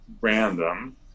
random